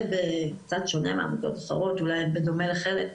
בקצת שונה מעמותות אחרות אולי בדומה לחלק,